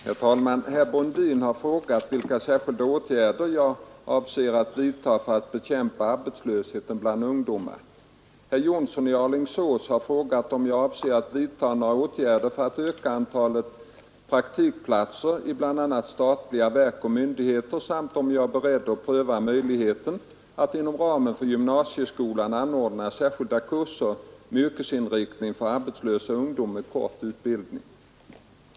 Herr talman! Herr Brundin har frågat vilka särskilda åtgärder jag avser att vidta för att bekämpa arbetslösheten bland ungdom, Herr Jonsson i Alingsås har frågat om jag avser att vidta några åtgärder för att öka antalet praktikplatser i bl.a. statliga verk och myndigheter samt om jag är beredd att pröva möjligheten att inom ramen för gymnasieskolan anordna särskilda kurser med yrkesinriktning för arbetslösa ungdomar med kort utbildning.